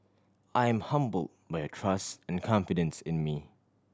I am humble by your trust and confidence in me